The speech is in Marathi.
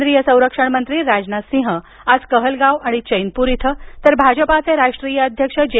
केंद्रीय संरक्षणमंत्री राजनाथसिंह आज कंदलगाव आणि चप्पि्र इथं तर भाजपचे राष्ट्रीय अध्यक्ष जे